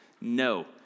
No